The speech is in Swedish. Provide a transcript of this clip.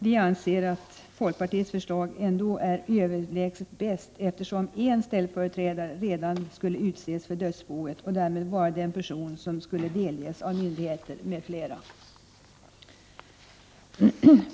Vi anser att folkpartiets förslag är överlägset bäst, eftersom en ställföreträdare skulle utses redan för dödsboet och därmed vara den person som skulle delges av myndigheter m.fl.